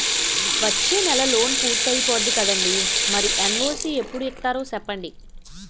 వచ్చేనెలే లోన్ పూర్తయిపోద్ది కదండీ మరి ఎన్.ఓ.సి ఎప్పుడు ఇత్తారో సెప్పండి